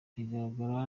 bigaragara